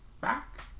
back